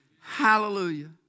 Hallelujah